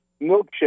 milkshake